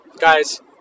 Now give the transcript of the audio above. Guys